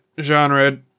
genre